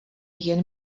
jen